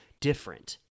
different